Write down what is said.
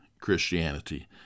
Christianity